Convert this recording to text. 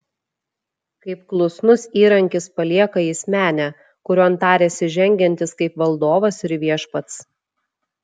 kaip klusnus įrankis palieka jis menę kurion tarėsi žengiantis kaip valdovas ir viešpats